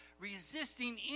resisting